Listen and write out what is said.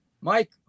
Mike